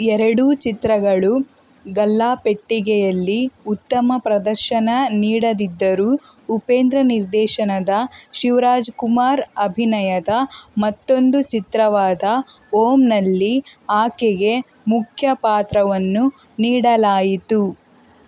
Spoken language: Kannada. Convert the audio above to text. ಎರಡೂ ಚಿತ್ರಗಳು ಗಲ್ಲಾಪೆಟ್ಟಿಗೆಯಲ್ಲಿ ಉತ್ತಮ ಪ್ರದರ್ಶನ ನೀಡದಿದ್ದರೂ ಉಪೇಂದ್ರ ನಿರ್ದೇಶನದ ಶಿವರಾಜ್ಕುಮಾರ್ ಅಭಿನಯದ ಮತ್ತೊಂದು ಚಿತ್ರವಾದ ಓಂನಲ್ಲಿ ಆಕೆಗೆ ಮುಖ್ಯ ಪಾತ್ರವನ್ನು ನೀಡಲಾಯಿತು